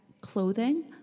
clothing